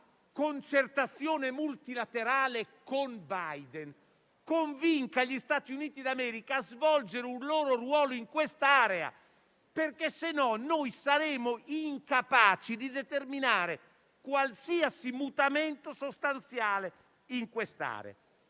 concertazione multilaterale con Biden, convinca gli Stati Uniti d'America a svolgere un loro ruolo in quest'area, perché altrimenti saremo incapaci di determinare qualsiasi mutamento sostanziale in quest'area.